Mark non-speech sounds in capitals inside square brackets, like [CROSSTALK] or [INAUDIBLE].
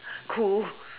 cool [BREATH]